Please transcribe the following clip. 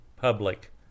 public